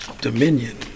Dominion